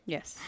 Yes